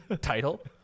title